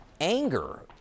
anger